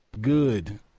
Good